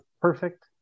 perfect